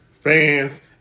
fans